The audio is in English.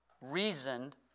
Reasoned